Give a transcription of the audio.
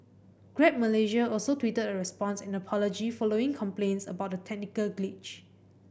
Grab Malaysia also tweeted a response and apology following complaints about the technical glitch